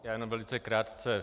Já jenom velice krátce.